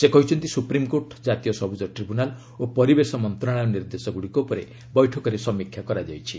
ସେ କହିଛନ୍ତି ସୁପ୍ରିମ୍କୋର୍ଟ ଜାତୀୟ ସବୁଜ ଟ୍ରିବ୍ୟୁନାଲ୍ ଓ ପରିବେଶ ମନ୍ତ୍ରଣାଳୟ ନିର୍ଦ୍ଦେଶଗୁଡ଼ିକ ଉପରେ ବୈଠକରେ ସମୀକ୍ଷା କରାଯାଇଛି